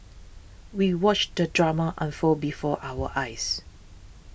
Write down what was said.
we watched the drama unfold before our eyes